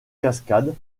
cascade